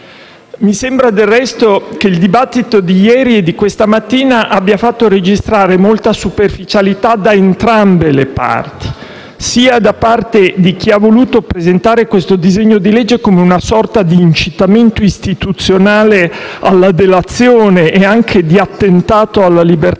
Mi sembra, del resto, che i dibattiti di ieri e di questa mattina abbiano fatto registrare molta superficialità da entrambe le parti: sia da parte di chi ha voluto presentare questo disegno di legge come una sorta di incitamento istituzionale alla delazione diffamatoria o come un attentato alla libertà